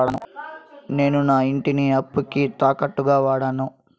నేను నా ఇంటిని అప్పుకి తాకట్టుగా వాడాను